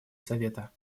совета